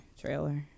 trailer